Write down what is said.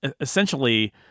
essentially